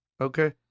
Okay